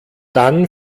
dann